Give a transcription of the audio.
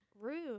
Rude